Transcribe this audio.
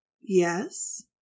Yes